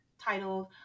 titled